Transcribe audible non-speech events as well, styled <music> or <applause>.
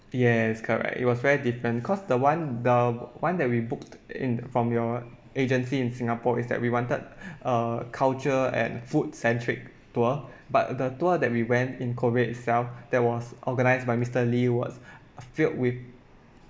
yes correct it was very different cause the one the one that we booked in from your agency in singapore is that we wanted <breath> a culture and food centric tour but the tour that we went in korea itself that was organised by mister lee was filled with